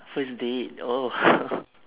first date oh